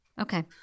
Okay